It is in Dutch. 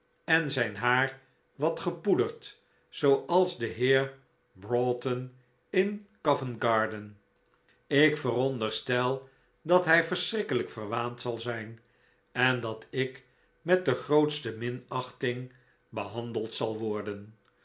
en zijn haar wat gepoederd zooals de heer broughton in covent garden ik veronderstel dat hij verschrikkelijk verwaand zal zijn en dat ik met de grootste minachting behandeld zal worden